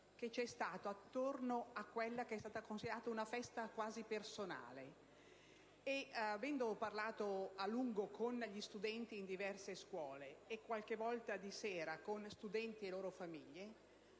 che c'è stato attorno a quella che è stata considerata una festa quasi personale. Avendo parlato a lungo con studenti in diverse scuole, e qualche volta di sera con gli studenti e le loro famiglie,